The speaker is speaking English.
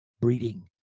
breeding